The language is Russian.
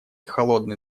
холодный